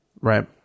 right